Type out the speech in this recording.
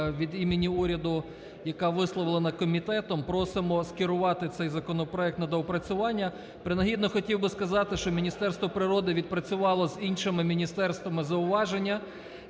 від імені уряду, яка висловлена комітетом. Просимо скерувати цей законопроект на доопрацювання. Принагідно хотів би сказати, що міністерство природи відпрацювало з іншими міністерствами зауваження.